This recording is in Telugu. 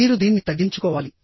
మీరు దీన్ని తగ్గించుకోవాలి